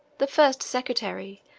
the first secretary,